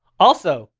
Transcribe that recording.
also,